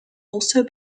also